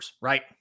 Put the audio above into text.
right